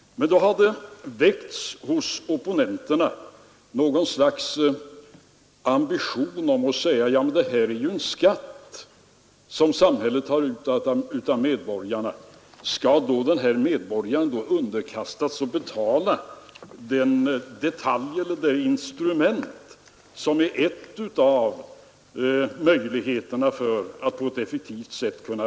Men då har det hos opponenterna väckts något slags ambition att påstå: Detta är dock en skatt, som samhället tar ut av medborgarna. Skall då dessa medborgare underkastas att betala sitt instrument som är en av möjligheterna att på ett effektivt sätt kunna ?